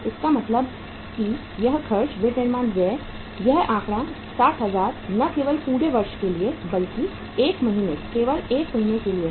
इसका मतलब है कि यह खर्च विनिर्माण व्यय यह आंकड़ा 60000 न केवल पूरे वर्ष के लिए है बल्कि केवल 1 महीने के लिए है